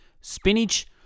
Spinach